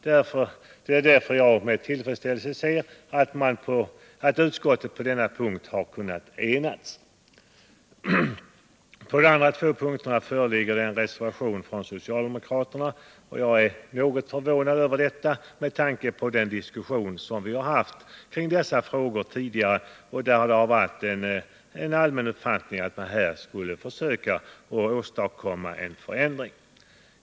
Det är därför jag med tillfredsställelse ser att utskottet på denna punkt har enats. På de andra två punkterna föreligger det en reservation från socialdemokraterna. Över detta är jag ganska förvånad med tanke på den diskussion som tidigare förts kring dessa frågor och där den allmänna uppfattningen varit att man skulle försöka åstadkomma en förändring.